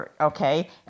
Okay